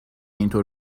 اینطور